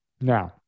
Now